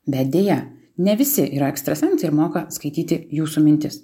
bet deja ne visi yra ekstrasensai ir moka skaityti jūsų mintis